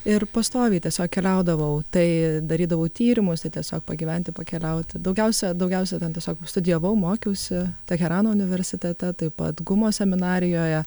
ir pastoviai tiesiog keliaudavau tai darydavau tyrimus tai tiesiog pagyventi pakeliauti daugiausia daugiausia ten tiesiog studijavau mokiausi teherano universitete taip pat gumo seminarijoje